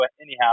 anyhow